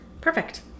perfect